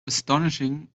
astonishing